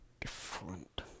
different